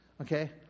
Okay